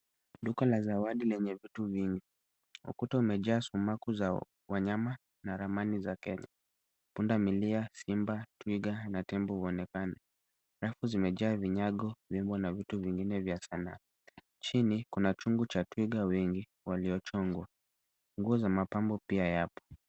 Duka la zawadi lenye vitu vingi. Ukuta umejaa sumaku za wanyama na ramani za kenya. Pundamilia, simba, twiga na tembo huonekana. Rafu zimejaa vinyago, vyombo na vitu vingine vya sanaa. Chini kuna chungu cha twiga wengi waliochongwa. Nguo za mapambo pia yapo.